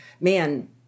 man